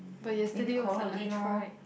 but yesterday was the I tried